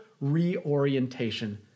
reorientation